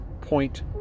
point